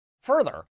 Further